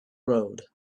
road